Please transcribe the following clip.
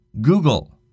Google